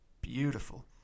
beautiful